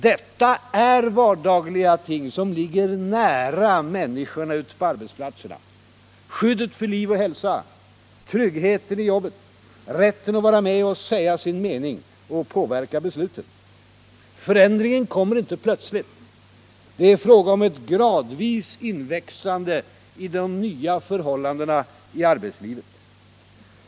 Detta är vardagliga ting som ligger nära människorna ute på arbetsplatserna: skyddet för liv och hälsa, tryggheten i jobbet, rätten att vara med och säga sin mening och påverka besluten. Förändringen kommer inte plötsligt. Det är fråga om ett gradvis inväxande i nya förhållanden i arbetslivet.